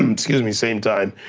um excuse me, same time,